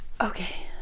okay